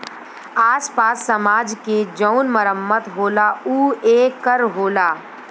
आस पास समाज के जउन मरम्मत होला ऊ ए कर होला